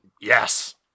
yes